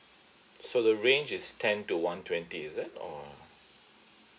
so the range is ten to one twenty is it or